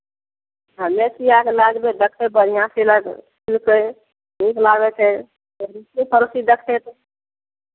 हमे सिया कऽ लऽ जेबै देखबै बढ़िआँ सिलाइ सिलकै नीक लागै छै तऽ अड़ोसी पड़ोसी देखतै तऽ